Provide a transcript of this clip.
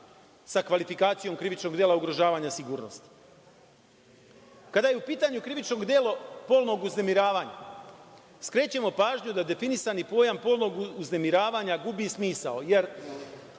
sa kvalifikacijom krivičnog dela ugrožavanja sigurnosti. Kada je u pitanju krivično delo polnog uznemiravanja, skrećemo pažnju na definisani pojam polnog uznemiravanja gubi smisao. Meni